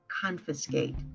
confiscate